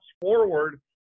forward